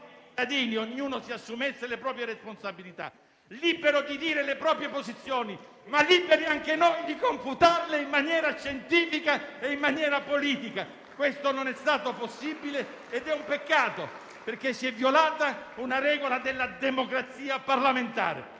ai cittadini, ognuno si assumesse le proprie responsabilità, libero di dire le proprie posizioni, ma liberi anche noi di confutarle in maniera scientifica e politica. Questo non è stato possibile ed è un peccato, perché si è violata una regola della democrazia parlamentare.